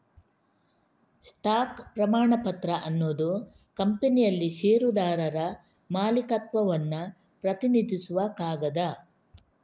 stock ಪ್ರಮಾಣಪತ್ರ ಅನ್ನುದು ಕಂಪನಿಯಲ್ಲಿ ಷೇರುದಾರರ ಮಾಲೀಕತ್ವವನ್ನ ಪ್ರತಿನಿಧಿಸುವ ಕಾಗದ